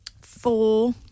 Four